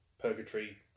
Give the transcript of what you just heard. purgatory